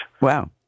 Wow